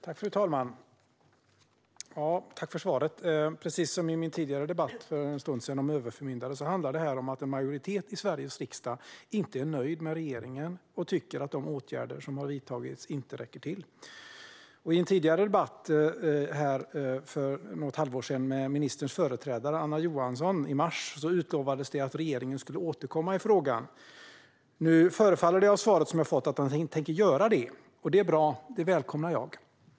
Fru talman! Jag tackar för svaret. Precis som i min tidigare debatt här för en stund sedan, om överförmyndare, handlar det här om att en majoritet i Sveriges riksdag inte är nöjd med regeringen och tycker att de åtgärder som har vidtagits inte räcker till. I en tidigare debatt här i mars förra året med ministerns företrädare Anna Johansson utlovades det att regeringen skulle återkomma i frågan. Nu förefaller det av svaret jag fått som att Tomas Eneroth tänker göra det, och det är bra. Det välkomnar jag.